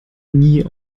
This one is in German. nie